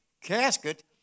casket